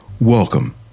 welcome